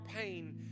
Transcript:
pain